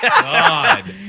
God